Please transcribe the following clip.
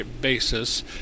basis